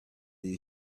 you